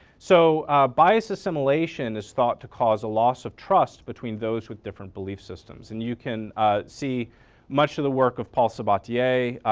so biased assimilation is thought to cause a loss of trust between those with different belief systems and you can see much of the work of paul sabatier,